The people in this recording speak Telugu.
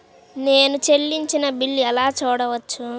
నేను చెల్లించిన బిల్లు ఎలా చూడవచ్చు?